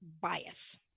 bias